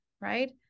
right